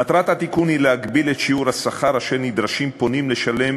מטרת התיקון היא להגביל את שיעור השכר שנדרשים פונים לשלם